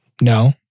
No